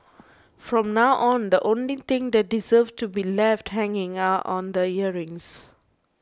from now on the only thing that deserves to be left hanging out on the earrings